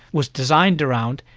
was designed around,